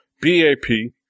B-A-P